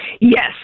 Yes